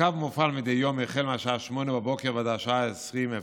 הקו מופעל מדי יום מהשעה 08:00 ועד השעה 20:00,